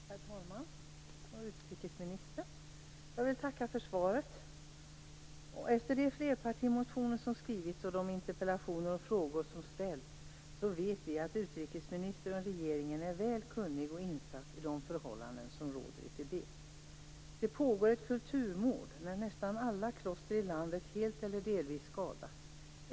Herr talman! Utrikesministern! Jag vill tacka för svaret. Efter de flerpartimotioner som skrivits och de interpellationer och frågor som ställts vet vi att utrikesministern och regeringen är väl kunniga och insatta i de förhållanden som råder i Tibet. Det pågår ett kulturmord i Tibet, där nästan alla kloster i landet helt eller delvis skadats.